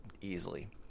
easily